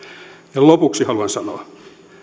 lopuksi haluan sanoa